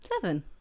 Seven